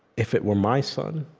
if it were my son,